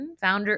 founder